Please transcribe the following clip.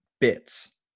bits